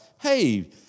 hey